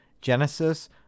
genesis